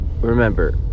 remember